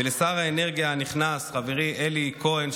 ולשר האנרגיה הנכנס אלי כהן,